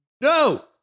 No